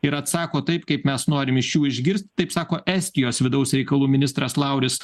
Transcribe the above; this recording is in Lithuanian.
ir atsako taip kaip mes norim iš jų išgirst taip sako estijos vidaus reikalų ministras lauris